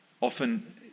Often